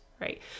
right